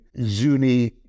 Zuni